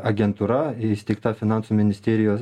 agentūra įsteigta finansų ministerijos